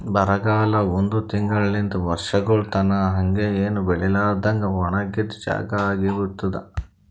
ಬರಗಾಲ ಒಂದ್ ತಿಂಗುಳಲಿಂತ್ ವರ್ಷಗೊಳ್ ತನಾ ಹಂಗೆ ಏನು ಬೆಳಿಲಾರದಂಗ್ ಒಣಗಿದ್ ಜಾಗಾ ಆಗಿ ಇರ್ತುದ್